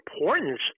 importance